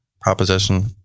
proposition